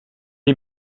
est